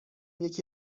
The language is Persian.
یکی